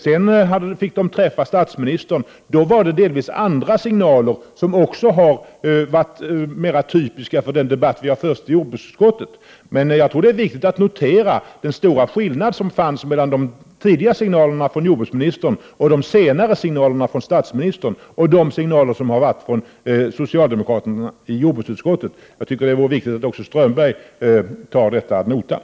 Sedan fick de träffa statsministern, och då kom delvis andra signaler, som varit mera i linje med den debatt som vi har fört i jordbruksutskottet. Jag tror dock att det är viktigt att notera den stora skillnad som fanns mellan å ena sidan de tidiga signalerna från jordbruksministern och å andra sidan de senare signalerna från statsministern och från socialdemokraterna i jordbruksutskottet. Det är viktigt att Håkan Strömberg tar också detta ad notam.